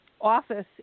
office